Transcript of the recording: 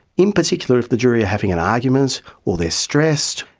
in particular, if the jury are having an argument or they're stressed,